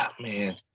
Man